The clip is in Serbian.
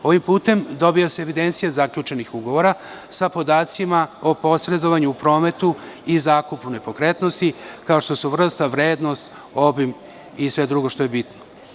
Ovim putem dobija se evidencija zaključenih ugovora sa podacima o posredovanju u prometu i zakupu nepokretnosti, kao što su vrsta, vrednost, obim i sve drugo što je bitno.